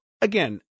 again